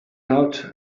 out